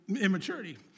immaturity